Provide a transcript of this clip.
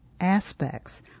aspects